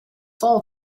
fall